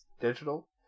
digital